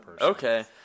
Okay